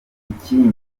ikindi